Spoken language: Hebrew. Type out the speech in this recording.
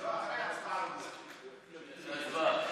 הצבעה.